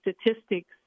statistics